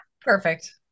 Perfect